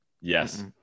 Yes